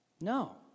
No